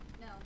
No